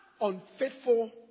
unfaithful